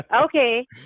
Okay